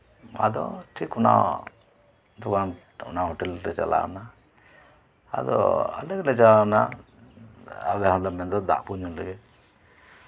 ᱟᱫᱚ ᱚᱱᱟ ᱫᱚ ᱵᱟᱝ ᱚᱱᱟ ᱦᱳᱴᱮᱞᱨᱮ ᱪᱟᱞᱟᱣᱱᱟ ᱟᱫᱚ ᱟᱞᱮ ᱜᱮᱞᱮ ᱪᱟᱞᱟᱣᱱᱟ ᱟᱞᱮ ᱦᱚᱞᱮ ᱢᱮᱱᱫᱟ ᱫᱟᱜ ᱠᱚᱞᱮ ᱧᱩ ᱞᱮᱜᱮ